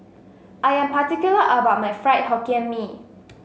I am particular about my Fried Hokkien Mee